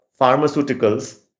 pharmaceuticals